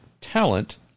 talent